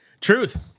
Truth